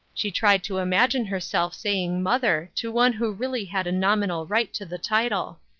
she tried to imagine herself saying mother to one who really had a nominal right to the title.